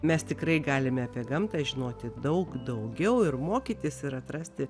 mes tikrai galime apie gamtą žinoti daug daugiau ir mokytis ir atrasti